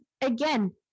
again